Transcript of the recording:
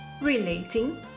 relating